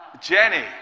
Jenny